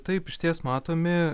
taip išties matomi